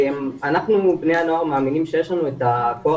אנחנו בני הנוער מאמינים שיש לנו את הכוח